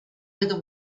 whether